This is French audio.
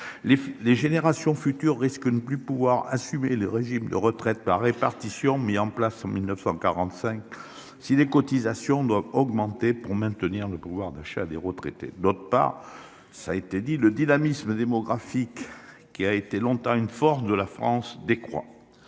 les générations futures risquent de ne plus pouvoir assumer les de retraite par répartition, mis en place en 1945. Si des cotisations doit augmenter pour maintenir le pouvoir d'achat des retraités. D'autre part, ça a été dit, le dynamisme démographique qui a été longtemps une forte de la France des croix.